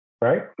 right